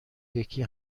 یکی